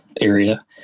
area